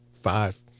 five